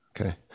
Okay